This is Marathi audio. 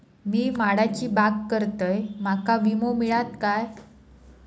मी माडाची बाग करतंय माका विमो मिळात काय?